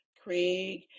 Craig